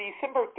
December